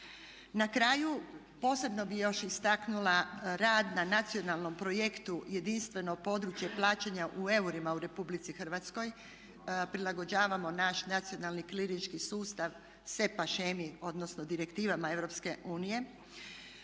Na kraju posebno bi još istaknula rad na nacionalnom projektu jedinstveno područje plaćanja u eurima u RH prilagođavamo naš nacionalni krilinški sustav … odnosno direktivama EU.